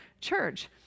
Church